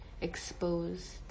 exposed